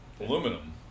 Aluminum